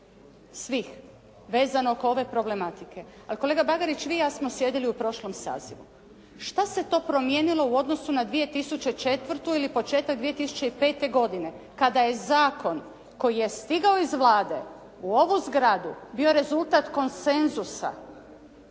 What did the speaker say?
svih vezano oko ove problematike. Kolega Bagarić, vi i ja smo sjedili u prošlom sazivu. Šta se to promijenilo u odnosu na 2004. ili početak 2005. godine kada je zakon koji je stigao iz Vlade u ovu zgradu bio rezultat konsenzusa.